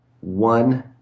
one